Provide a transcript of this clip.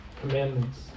Commandments